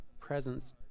presence